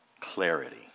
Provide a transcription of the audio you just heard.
clarity